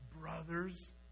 brothers